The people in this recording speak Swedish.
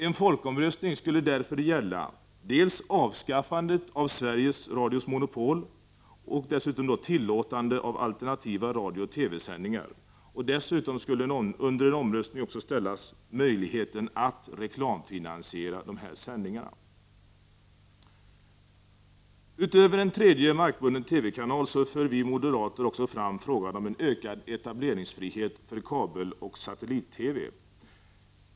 En folkomröstning skulle därför gälla avskaffande av Sveriges Radios monopol och tillåtandet av alternativa radiooch TV sändningar. Dessutom skulle under omröstning också ställas möjligheten att reklamfinansiera dessa sändningar. Utöver en tredje markbunden TV-kanal för vi moderater fram frågan om ökad etableringsfrihet för kabeloch satellit-TV.